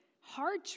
hard